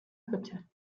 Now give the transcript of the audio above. hütte